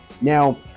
now